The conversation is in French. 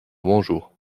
bonjour